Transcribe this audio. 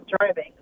driving